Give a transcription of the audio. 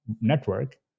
network